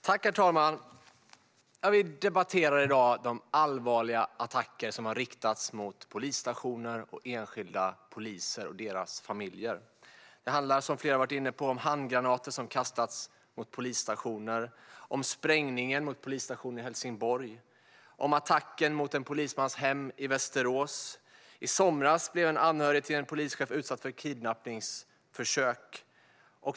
Herr talman! Vi debatterar i dag de allvarliga attacker som har riktats mot polisstationer och enskilda poliser och deras familjer. Det handlar om handgranater som har kastats mot fler polisstationer, om sprängningen mot polisstationen i Helsingborg och om attacken mot en polismans hem i Västerås. I somras blev en anhörig till en polischef utsatt för kidnappningsförsök.